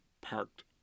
parked